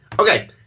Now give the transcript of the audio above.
Okay